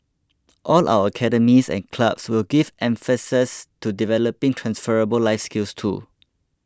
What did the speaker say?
all our academies and clubs will give emphases to developing transferable life skills too